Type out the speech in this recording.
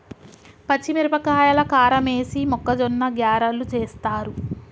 పచ్చిమిరపకాయల కారమేసి మొక్కజొన్న గ్యారలు చేస్తారు